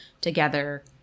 together